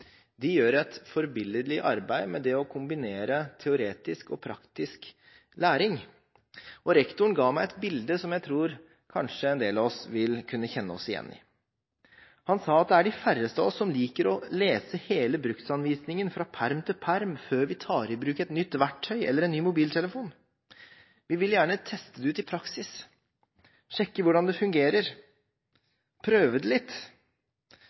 De gjør et forbilledlig arbeid med det å kombinere teoretisk og praktisk læring, og rektoren ga meg et bilde som jeg tror kanskje en del av oss vil kunne kjenne oss igjen i. Han sa at det er de færreste av oss som liker å lese hele bruksanvisningen fra perm til perm før vi tar i bruk et nytt verktøy eller en ny mobiltelefon. Vi vil gjerne teste det ut i praksis, sjekke hvordan det fungerer, prøve det litt.